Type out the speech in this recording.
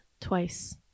twice